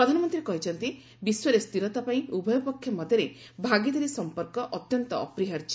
ପ୍ରଧାନମନ୍ତ୍ରୀ କହିଛନ୍ତି ବିଶ୍ୱରେ ସ୍ଥିରତା ପାଇଁ ଉଭୟପକ୍ଷ ମଧ୍ୟରେ ଭାଗିଦାରୀ ସମ୍ପର୍କ ଅତ୍ୟନ୍ତ ଅପରିହାର୍ଯ୍ୟ